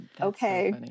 okay